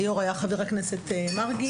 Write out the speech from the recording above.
היו"ר היה חבר הכנסת מרגי.